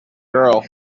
girl